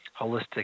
holistic